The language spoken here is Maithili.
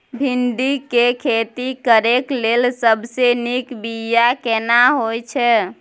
भिंडी के खेती करेक लैल सबसे नीक बिया केना होय छै?